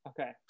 Okay